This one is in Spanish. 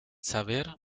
saber